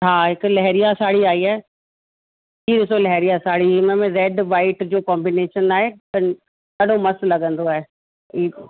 हा हिक लेहरिया साड़ी आई आहे हीअ ॾिसो लेहरिया साड़ी हिन में रैड वाइट जो कॉम्बीनेशन आहे त ॾाढो मस्त लॻंदो आहे हीउ